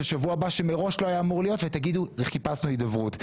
שבוע הבא שמראש לא היה אמור להיות ותגידו שחיפשתם הידברות.